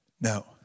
no